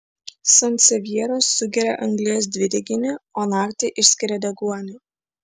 sansevjeros sugeria anglies dvideginį o naktį išskiria deguonį